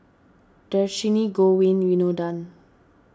Dhershini Govin Winodan